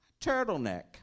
turtleneck